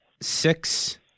six